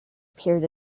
appeared